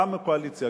גם מהקואליציה,